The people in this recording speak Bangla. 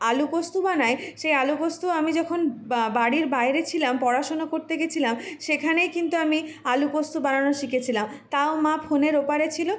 আলু পোস্তু বানাই সেই আলু পোস্তু আমি যখন বা বাড়ির বাইরে ছিলাম পড়াশোনা করতে গিয়েছিলাম সেখানেই কিন্তু আমি আলু পোস্তু বানানো শিখেছিলাম তাও মা ফোনের ওপারে ছিলো